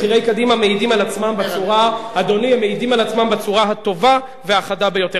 בכירי קדימה מעידים על עצמם בצורה הטובה והחדה ביותר.